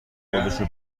خودشو